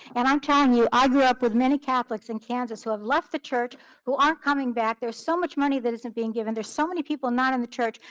and i'm telling you, i grew up with many catholics in kansas who have left the church who aren't coming back. there's so much money that isn't being given. there's so many people not in the church,